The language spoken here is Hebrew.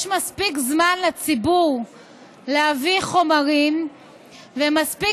יש מספיק זמן לציבור להביא חומרים ומספיק